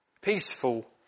Peaceful